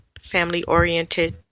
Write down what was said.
family-oriented